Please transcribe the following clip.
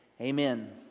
Amen